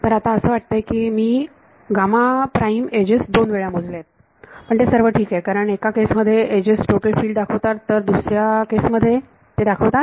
तर आता असं वाटतंय की मी एजेस दोन वेळा मोजल्या आहेत पण ते सर्व ठीक आहे कारण एका केस मध्ये एजेस टोटल फिल्ड दाखवतात तर दुसऱ्या केसमध्ये ते दाखवतात